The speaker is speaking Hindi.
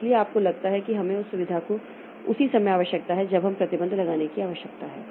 इसलिए आपको लगता है कि हमें उस सुविधा को उसी समय आवश्यकता है जब हमें प्रतिबंध लगाने की आवश्यकता है